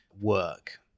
work